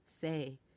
say